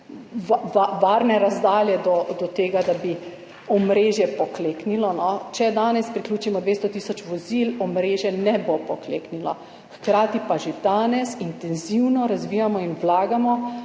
varne razdalje do tega, da bi omrežje pokleknilo. Če danes priključimo 200 tisoč vozil, omrežje ne bo pokleknilo. Hkrati pa že danes intenzivno razvijamo in vlagamo